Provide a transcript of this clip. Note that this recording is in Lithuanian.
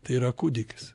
tai yra kūdikis